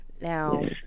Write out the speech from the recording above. Now